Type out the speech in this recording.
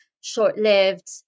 short-lived